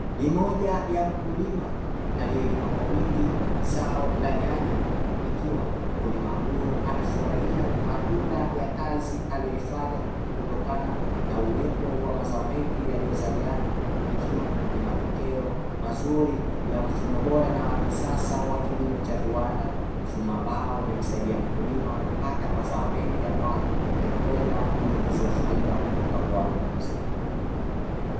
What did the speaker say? Ni moja ya mkulima aliyelima kwa wingi zao la nyanya ikiwa mkulima huyo anafurahia matunda ya kazi aliyoifanya kutokana na uwepo wa mazao mengi yaliyozaliana, ikiwa ni matokeo mazuri ya mfumo bora na wa kisasa wa kilimo cha viwanda; mfumo ambao umemsaidia mkulima kupata mazao mengi ambayo yanakwenda kumuingizia faida kutoka kwa wanunuzi.